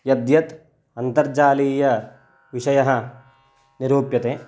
यद्यत् अन्तर्जालीयविषयः निरूप्यते